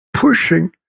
pushing